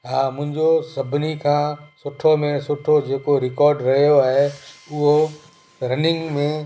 हा मुंहिंजो सभिनी खां सुठो में सुठो जेको रिकॉड रयो आहे उहो रनिंग में